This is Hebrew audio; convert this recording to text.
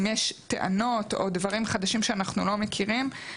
אם יש טענות או דברים חדשים שאנחנו לא מכירים,